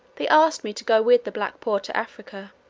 they asked me to go with the black poor to africa.